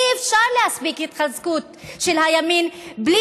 אי-אפשר להסביר את ההתחזקות של הימין בלי